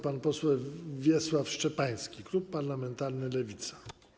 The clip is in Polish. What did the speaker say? Pan poseł Wiesław Szczepański, klub parlamentarny Lewica.